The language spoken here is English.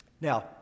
Now